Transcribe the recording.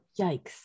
yikes